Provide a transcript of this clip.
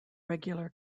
regular